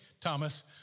Thomas